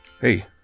Hey